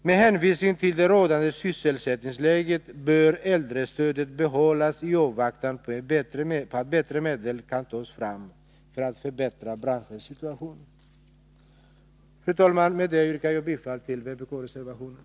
Med hänvisning till rådande sysselsättningsläge bör äldrestödet behållas i avvaktan på att bättre medel kan tas fram för att förbättra branschens situation. Fru talman! Med dessa ord yrkar jag bifall till vpk-reservationen.